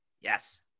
Yes